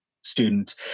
student